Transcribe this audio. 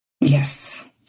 Yes